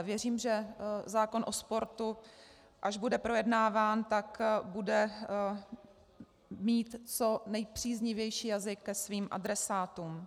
Věřím, že zákon o sportu, až bude projednáván, bude mít co nejpříznivější jazyk ke svým adresátům.